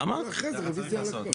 תגיד אחרי זה רביזיה על הכל.